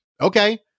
okay